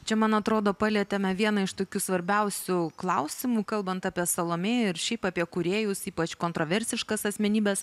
čia man atrodo palietėme vieną iš tokių svarbiausių klausimų kalbant apie salomėją ir šiaip apie kūrėjus ypač kontroversiškas asmenybes